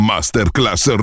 Masterclass